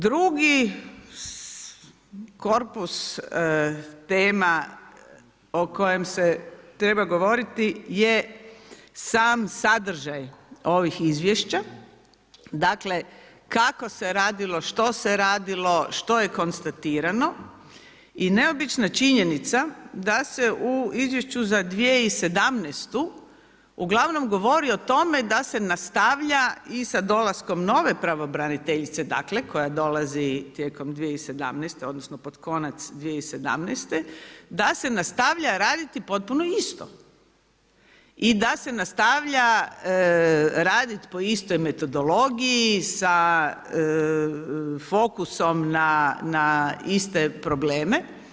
Drugi korpus tema o kojim se treba govoriti je sam sadržaj ovih izvješća, dakle kako se radilo, što se radilo, što je konstatirano i neobična činjenica da se u izvješću za 2017. uglavnom govori o tome da se nastavlja i sa dolaskom nove pravobraniteljice koja dolazi tijekom 2017. odnosno pod konac 2017., da se nastavlja raditi potpuno isto i da se nastavlja raditi po istoj metodologiji sa fokusom na iste probleme.